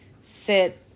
sit